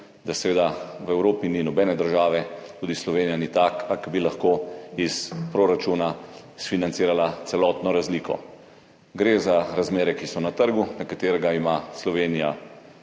da seveda v Evropi ni nobene države, tudi Slovenija ni taka, ki bi lahko iz proračuna financirala celotno razliko. Gre za razmere, ki so na trgu, na katerega ima Slovenija